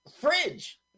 fridge